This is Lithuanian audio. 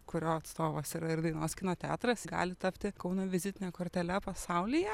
kurio atstovas yra ir dainos kino teatras gali tapti kauno vizitine kortele pasaulyje